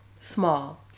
small